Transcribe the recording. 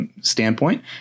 standpoint